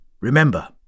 Remember